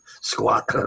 squat